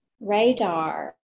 radar